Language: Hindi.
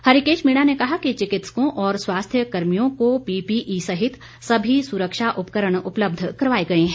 हरीकेश मीणा ने कहा कि चिकित्सकों और स्वास्थ्य कर्मियों को पीपीई सहित सभी सुरक्षा उपकरण उपलब्ध करवाए गए है